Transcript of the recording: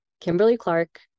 Kimberly-Clark